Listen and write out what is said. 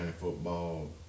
football